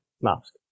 mask